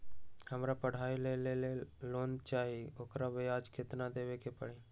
हमरा पढ़ाई के लेल लोन चाहि, ओकर ब्याज केतना दबे के परी?